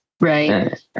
right